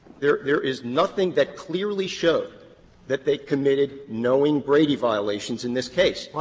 there there is nothing that clearly showed that they committed knowing brady violations in this case.